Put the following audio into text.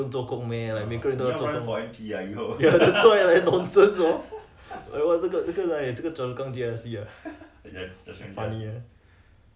people will also be 小心啊 ya lor 你不用做工 meh like 每个人都要做工 ya that's why nonsense lor